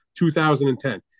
2010